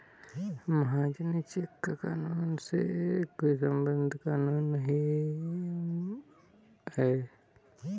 महाजनी चेक का कानून से कोई संबंध नहीं है